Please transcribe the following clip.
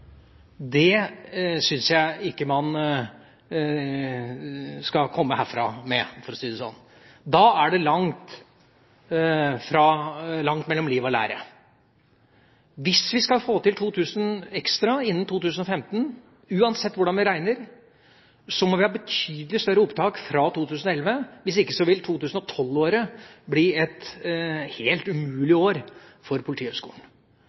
Det syns jeg ikke man skal komme herfra med, for å si det slik. Da er det langt mellom liv og lære. Hvis vi skal få til 2 000 ekstra innen 2015, uansett hvordan vi regner, må vi ha et betydelig større opptak fra 2011. Hvis ikke, vil 2012 bli et helt umulig år for Politihøgskolen.